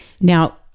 Now